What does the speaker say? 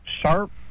Sharp